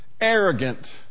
arrogant